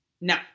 no